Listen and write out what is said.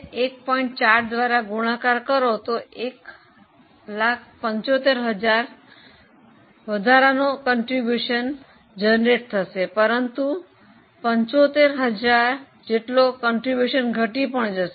4 દ્વારા ગુણાકાર કરો તો 175000 વધારાનો ફાળો ઉત્પન્ન થશે પરંતુ 75000 જેટલો ફાળો ઘટી પણ જશે